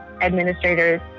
administrators